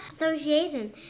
Association